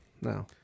no